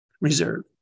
Reserve